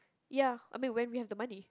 ya I mean when we have the money